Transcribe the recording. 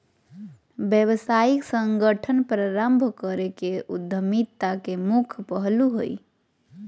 व्यावसायिक संगठन प्रारम्भ करे के उद्यमिता के मुख्य पहलू हइ